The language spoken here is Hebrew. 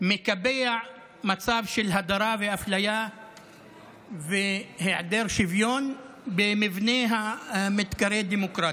מקבע מצב של הדרה ואפליה והיעדר שוויון במבנה המתקרא דמוקרטיה.